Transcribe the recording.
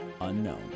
Unknown